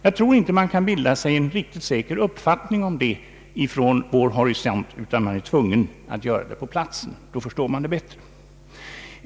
Jag tror inte man kan bilda sig en riktigt säker uppfattning om saken från vår horisont. Man är tvungen att göra det på platsen. Då förstår man det bättre.